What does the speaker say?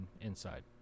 inside